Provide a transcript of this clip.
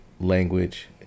language